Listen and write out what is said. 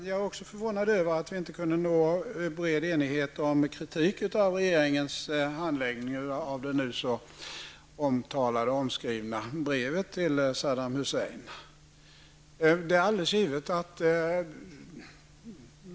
Jag är också förvånad över att vi inte kunde enas i en bred kritik mot regeringens handläggning av det nu så omtalade och omskrivna brevet till Saddam Hussein.